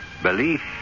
Belief